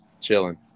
chilling